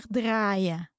draaien